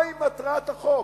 מהי מטרת החוק.